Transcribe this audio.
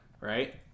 Right